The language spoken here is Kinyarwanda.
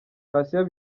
patient